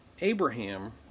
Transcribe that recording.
Abraham